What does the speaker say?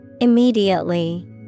Immediately